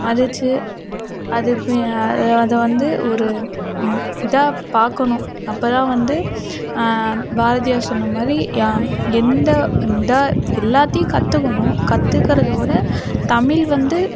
மதித்து அது அது வந்து ஒரு இதாக பார்க்கணும் அப்போதான் வந்து பாரதியார் சொன்னமாதிரி யாம் எந்த இதை எல்லாத்தையும் கற்றுக்கணும் கற்றுக்குறத விட தமிழ் வந்து